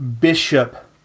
bishop